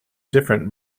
different